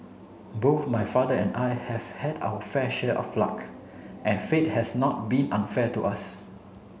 both my father and I have had our fair share of luck and fate has not been unfair to us